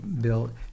Bill